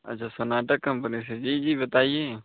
अच्छा Sonata company से जी जी बताइए